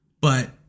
But-